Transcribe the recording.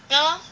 ya lor